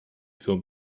film